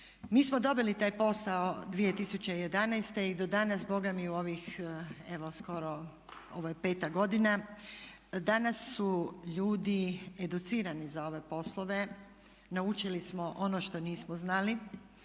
Mi smo dobili taj posao 2011. i do danas boga mi u ovih evo skoro ovo je peta godina, danas su ljudi educirani za ove poslove. Naučili smo ono što nismo znali